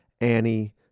Annie